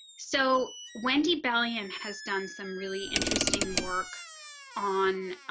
so wendy belly and has done some really interesting work on